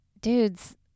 dudes